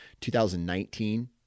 2019